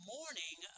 Morning